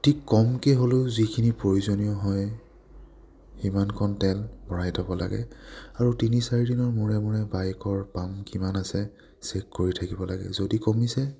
অতি কমকৈ হ'লেও যিখিনি প্ৰয়োজনীয় হয় সিমানকণ তেল ভৰাই থ'ব লাগে আৰু তিনি চাৰিদিনৰ মূৰে মূৰে বাইকৰ পাম্প কিমান আছে চেক কৰি থাকিব লাগে যদি কমিছে